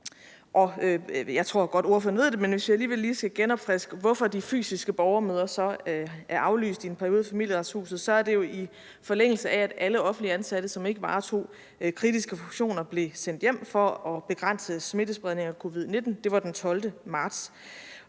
hvorfor de fysiske borgermøder er aflyst for en periode i Familieretshuset, så er det jo, i forlængelse af at alle offentligt ansatte, som ikke varetager kritiske funktioner, blev sendt hjem for at begrænse smittespredningen af covid-19. Det var den 12. marts.